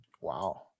Wow